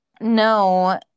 No